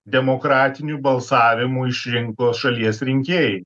demokratiniu balsavimu išrinko šalies rinkėjai